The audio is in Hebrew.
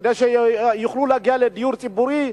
כדי שיוכלו להגיע לדיור ציבורי,